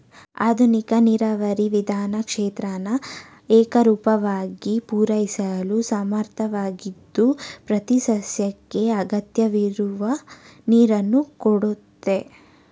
ಆಧುನಿಕ ನೀರಾವರಿ ವಿಧಾನ ಕ್ಷೇತ್ರನ ಏಕರೂಪವಾಗಿ ಪೂರೈಸಲು ಸಮರ್ಥವಾಗಿದ್ದು ಪ್ರತಿಸಸ್ಯಕ್ಕೆ ಅಗತ್ಯವಿರುವ ನೀರನ್ನು ಕೊಡುತ್ತೆ